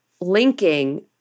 linking